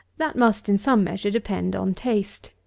that must, in some measure, depend on taste.